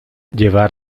llevar